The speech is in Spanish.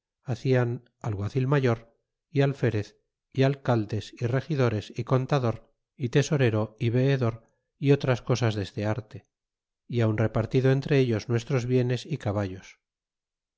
narvaez hacian alguacil mayor alferez y alcaldes y regidores y contador y tesorero y veedor y otras cosas deste arte y aun repartido entre ellos nuestros bienes y caballos